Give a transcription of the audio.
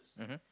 mmhmm